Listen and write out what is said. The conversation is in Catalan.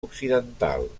occidental